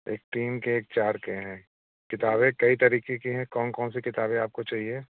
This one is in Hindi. एक तीन के एक चार के हैं किताबें कई तरीके की हैं कौन कौन सी किताबें आपको चाहिए